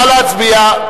נא להצביע.